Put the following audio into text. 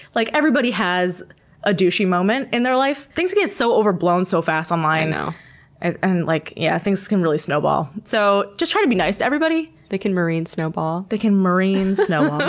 like everybody has a douchey moment in their life. things get so overblown, so fast online ah and like yeah things can really snowball. so just try to be nice to everybody, they can marine snowball. they can marine snowball.